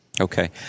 Okay